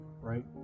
right